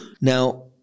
Now